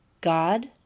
God